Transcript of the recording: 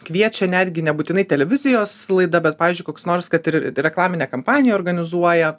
kviečia netgi nebūtinai televizijos laida bet pavyzdžiui koks nors kad ir reklaminė kampanija organizuoja